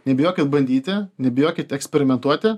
nebijokit bandyti nebijokit eksperimentuoti